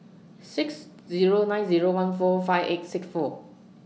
six Zero nine Zero one four five eight six four